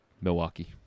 Milwaukee